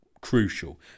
crucial